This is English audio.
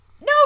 no